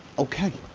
okay